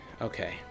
Okay